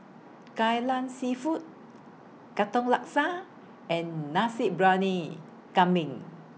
Kai Lan Seafood Katong Laksa and Nasi Briyani Kambing